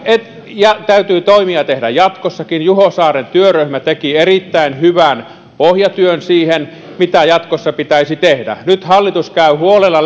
täytyy toimia tehdä jatkossakin juho saaren työryhmä teki erittäin hyvän pohjatyön siihen mitä jatkossa pitäisi tehdä nyt hallitus käy huolella